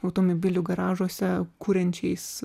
automobilių garažuose kuriančiais